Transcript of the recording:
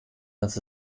dass